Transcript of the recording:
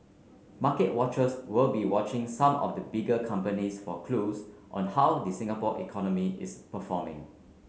market watchers will be watching some of the bigger companies for clues on how the Singapore economy is performing